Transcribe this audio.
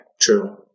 True